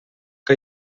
que